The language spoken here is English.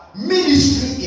ministry